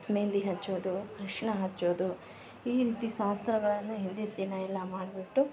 ಮೆಹೆಂದಿ ಹಚ್ಚೋದು ಅರಿಶ್ಣ ಹಚ್ಚೋದು ಈ ರೀತಿ ಶಾಸ್ತ್ರಗಳನ್ನು ಹಿಂದಿನ ದಿನಯೆಲ್ಲ ಮಾಡಿಬಿಟ್ಟು